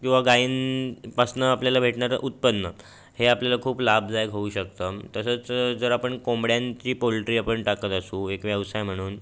किंवा गाईंपासनं आपल्याला भेटणारं उत्पन्न हे आपल्याला खूप लाभदायक होऊ शकतं तसंच जर आपण कोंबड्यांची पोल्ट्री आपण टाकत असू एक व्यवसाय म्हणून